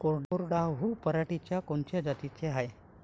कोरडवाहू पराटीच्या कोनच्या जाती हाये?